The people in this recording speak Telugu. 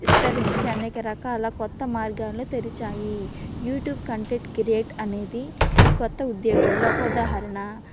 విస్తరించి అనేక రకాల కొత్త మార్గాలని తెరిచాయి యూట్యూబ్ కంటెంట్ క్రియేట్ అనేది ఈ కొత్త ఉద్యోగాల్లో ఒక ఉదాహరణ